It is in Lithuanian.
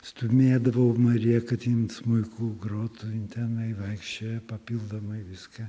stūmėdavau mariją kad jin smuiku grotų jin tenai vaikščiojo papildomai viską